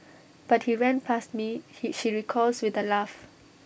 but he ran past me he she recalls with A laugh